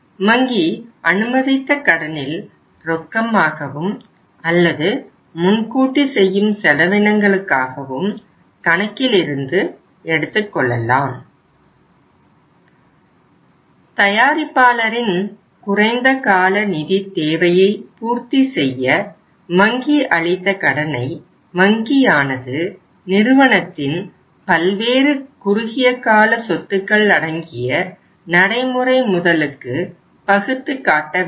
வங்கி அனுமதித்த கடனில் ரொக்கமாகவும் அல்லது முன்கூட்டி செய்யும் செலவினங்களுக்காகவும் கணக்கிலிருந்து எடுத்துக்கொள்ளலாம் தயாரிப்பாளரின் குறைந்த கால நிதித் தேவையை பூர்த்தி செய்ய வங்கி அளித்த கடனை வங்கியானது நிறுவனத்தின் பல்வேறு குறுகியகால சொத்துக்கள் அடங்கிய நடைமுறை முதலுக்கு பகுத்து காட்டவேண்டும்